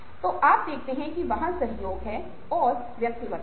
तो आप देखते हैं कि वहाँ सहयोग है और वैयक्तिकता है